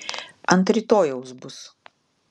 ant rytojaus bus